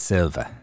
Silva